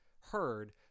heard